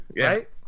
Right